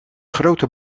grote